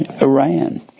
Iran